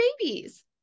babies